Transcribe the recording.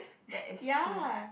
that is true